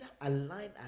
align